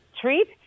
treat